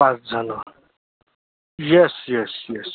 पाच झालो yes yes yes